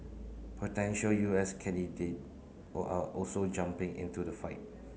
potential U S candidate all are also jumping into the fight